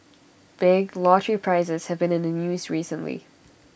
big lottery prizes have been in the news recently